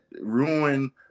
ruin